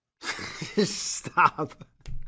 Stop